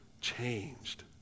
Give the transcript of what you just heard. changed